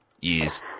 Years